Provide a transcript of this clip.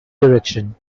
direction